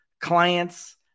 clients